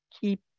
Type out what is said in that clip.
keep